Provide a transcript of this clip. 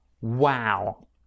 Wow